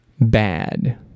bad